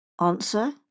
Answer